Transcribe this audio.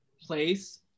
place